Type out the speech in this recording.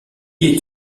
est